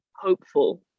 hopeful